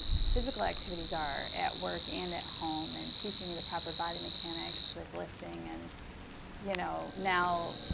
physical activities are at work and at home and teaching you the proper body mechanics with lifting. and you know now,